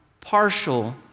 partial